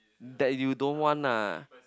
that you don't want ah